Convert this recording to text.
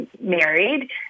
married